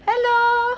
hello